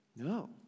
No